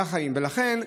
לכן,